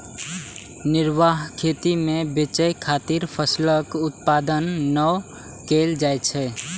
निर्वाह खेती मे बेचय खातिर फसलक उत्पादन नै कैल जाइ छै